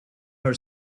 her